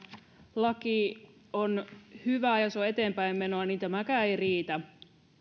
laki on hyvä ja se on eteenpäin menoa niin tämäkään ei riitä